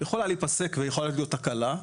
יכולה להיפסק ויכולה להיות תקלה,